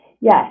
Yes